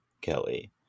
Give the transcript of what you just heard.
kelly